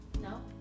no